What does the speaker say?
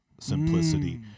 simplicity